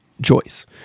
joyce